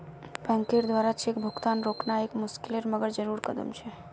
बैंकेर द्वारा चेक भुगतान रोकना एक मुशिकल मगर जरुरी कदम छे